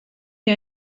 mir